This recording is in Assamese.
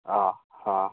অঁ অঁ